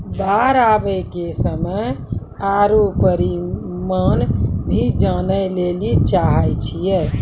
बाढ़ आवे के समय आरु परिमाण भी जाने लेली चाहेय छैय?